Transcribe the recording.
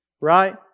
right